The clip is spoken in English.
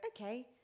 okay